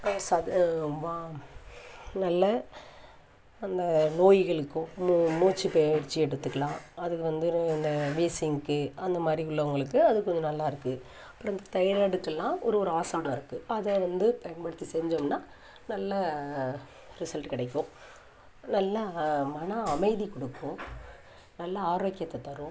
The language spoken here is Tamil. பேசாத என்பான் நல்ல அன்ன நோய்களுக்கும் மூ மூச்சு பயற்சி எடுத்துக்கலாம் அது வந்து ர ந வீசிங்க்கு அந்த மாதிரி உள்ளவங்களுக்கு அது கொஞ்சம் நல்லா இருக்கும் அப்புறம் இந்த தைராய்டுக்கெல்லாம் ஒரு ஒரு ஆசனம் இருக்குது அதை வந்து பயன்படுத்தி செஞ்சோம்னா நல்ல ரிசல்ட்டு கிடைக்கும் நல்ல மன அமைதி கொடுக்கும் நல்ல ஆரோக்கியத்தை தரும்